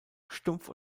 stumpf